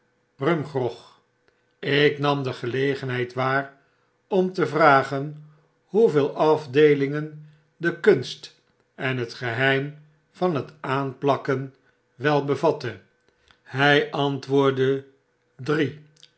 rumgrog ik nam de gelegenheid waar om te vragen hoeveel afdeelingen de kunst en het geheim van het aanplakken wel bevatte hy antwoordde drie